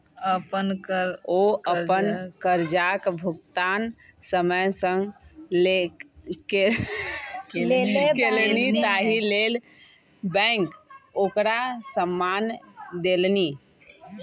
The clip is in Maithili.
ओ अपन करजाक भुगतान समय सँ केलनि ताहि लेल बैंक ओकरा सम्मान देलनि